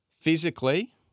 physically